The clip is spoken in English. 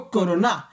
Corona